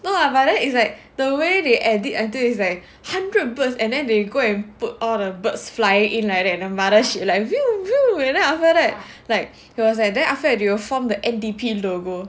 no lah but then it's like the way they edit until is like hundred birds and then they go and put all the birds fly in like that Mothership like then after that like he was then after that it will form the N_D_P logo